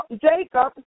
Jacob